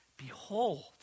Behold